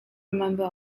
remember